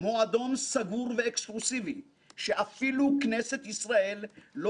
מועדון סגור ואקסקלוסיבי שאפילו כנסת ישראל לא